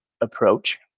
approach